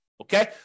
Okay